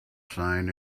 sign